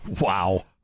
Wow